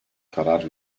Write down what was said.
karar